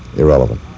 irrelevant.